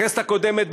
בכנסת הקודמת,